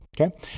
okay